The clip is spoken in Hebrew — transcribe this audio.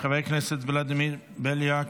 חבר הכנסת ולדימיר בליאק,